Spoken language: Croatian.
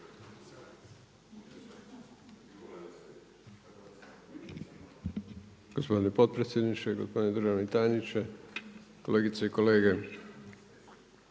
gospodine predsjedniče, poštovani državni tajniče, kolegice i kolege.